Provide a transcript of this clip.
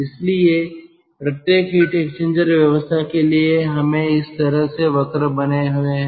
इसलिए प्रत्येक heat exchanger व्यवस्था के लिए हमें इस तरह से वक्र बने हुए हैं